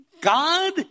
God